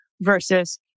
versus